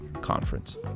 Conference